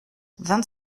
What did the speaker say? vingt